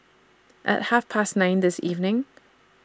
At Half Past nine This evening